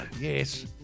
Yes